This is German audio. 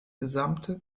gesamte